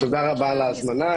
תודה רבה על ההזמנה.